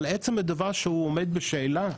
אבל עצם הדבר שהוא עומד בשאלה,